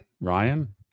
Ryan